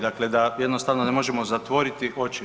Dakle, da jednostavno ne možemo zatvoriti oči.